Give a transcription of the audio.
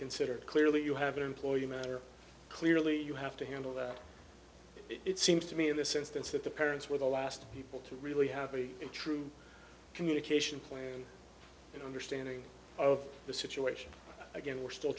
considered clearly you have an employer matter clearly you have to handle that it seems to me in this instance that the parents were the last people to really happy in true communication plan and understanding of the situation again we're still